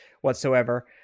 whatsoever